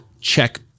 check